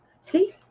See